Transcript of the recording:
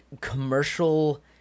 commercial